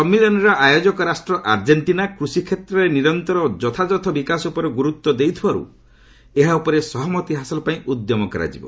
ସମ୍ମିଳନୀର ଆୟୋଜକ ରାଷ୍ଟ୍ର ଆର୍ଜେଣ୍ଟିନା କୃଷି କ୍ଷେତ୍ରରେ ନିରନ୍ତର ଓ ଯଥାଯଥ ବିକାଶ ଉପରେ ଗୁରୁତ୍ୱ ଦେଉଥିବାରୁ ଏହା ଉପରେ ସହମତି ହାସଲ ପାଇଁ ଉଦ୍ୟମ କରାଯିବ